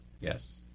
Yes